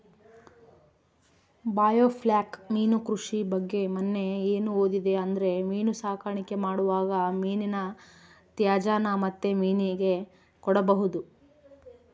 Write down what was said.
biofloc ಮೀನು ಕೃಷಿ ಬಗ್ಗೆ ಮನ್ನೆ ಏನು ಓದಿದೆ ಅಂದ್ರೆ ಮೀನು ಸಾಕಾಣಿಕೆ ಮಾಡುವಾಗ ಮೀನಿನ ತ್ಯಾಜ್ಯನ ಮತ್ತೆ ಮೀನಿಗೆ ಕೊಡಬಹುದು